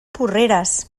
porreres